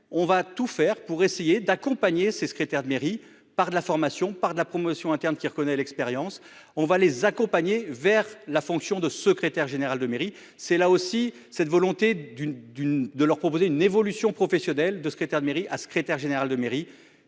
on va tout faire pour essayer d'accompagner ses secrétaires de mairie par de la formation par la promotion interne qui reconnaît l'expérience, on va les accompagner vers la fonction de secrétaire général de mairie, c'est là aussi cette volonté d'une d'une de leur proposer une évolution professionnelle de secrétaire de mairie à secrétaire général de mairie